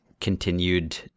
continued